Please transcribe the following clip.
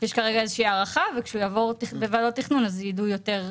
יש כרגע איזו שהיא הערכה וכשהוא יעבור וועדת תכנון אז ידעו יותר,